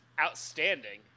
outstanding